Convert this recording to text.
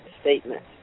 statement